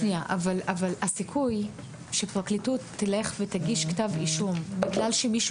אבל הסיכוי שהפרקליטות תלך ותגיש כתב אישום בגלל שמישהו